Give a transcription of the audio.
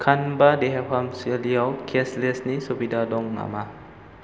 कानबा देहा फाहामसालियाव केसलेसनि सुबिदा दं नामा